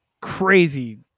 crazy